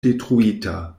detruita